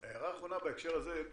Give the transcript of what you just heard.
הערה אחרונה בהקשר הזה,